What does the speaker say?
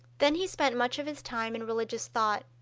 then he spent much of his time in religious thought.